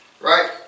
right